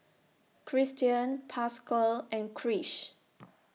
Kristian Pasquale and Krish